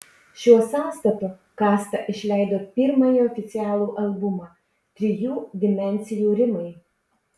šiuo sąstatu kasta išleido pirmąjį oficialų albumą trijų dimensijų rimai